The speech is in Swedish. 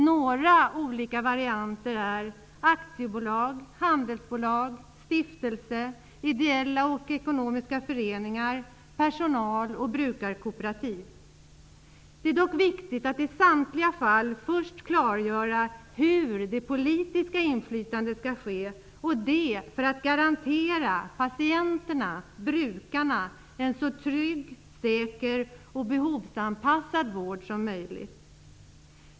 Några olika varianter är: Det är dock viktigt att i samtliga fall först klargöra hur det politiska inflytandet skall ske, och det för att garantera patienterna/brukarna en så trygg, säker och behovsanpassad vård som möjligt.